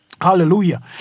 Hallelujah